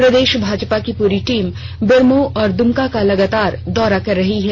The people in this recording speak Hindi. प्रदेश भाजपा की पूरी टीम बेरमो और दुमका का लगातार दौरा कर रही है